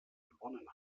gewonnen